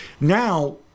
Now